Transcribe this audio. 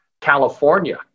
California